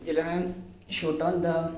जेल्लै मैं छोटा होंदा हा